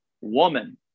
woman